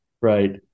Right